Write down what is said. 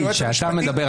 כשאתה מדבר,